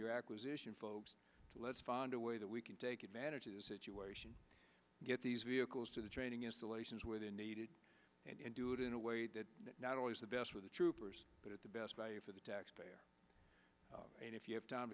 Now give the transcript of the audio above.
your acquisition folks let's find a way that we can take advantage of the situation get these vehicles to the training installations where they need it and do it in a way that not always the best with the troopers but at the best value for the taxpayer and if you have time